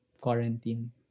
quarantine